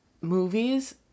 movies